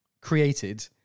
created